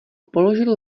položil